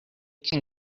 can